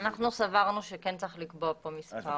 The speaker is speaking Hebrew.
אנחנו סברנו שכן צריך לקבוע פה מספר.